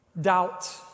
Doubt